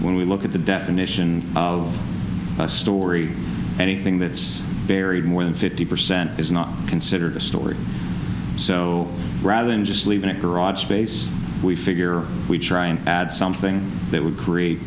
when we look at the definition of a story anything that's buried more than fifty percent is not considered a story so rather than just leaving a garage space we figure we try and add something that would create